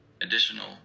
additional